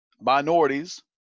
minorities